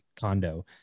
condo